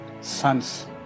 sons